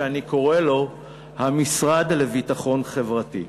שאני קורא לו המשרד לביטחון חברתי,